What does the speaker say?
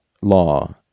law